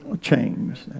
change